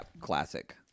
classic